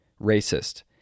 racist